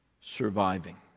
surviving